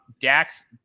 Dax